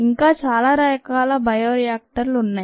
ఇంకా చాలా రకాల బయో రియాక్టర్లు ఉన్నాయి